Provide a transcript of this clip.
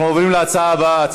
בעד, 52, אין מתנגדים, נמנע אחד.